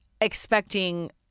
expecting